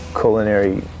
culinary